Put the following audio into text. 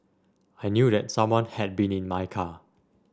I knew that someone had been in my car